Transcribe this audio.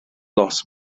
loss